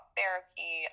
therapy